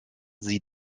sie